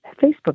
Facebook